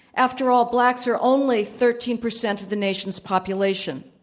after all, blacks are only thirteen percent of the nation's population.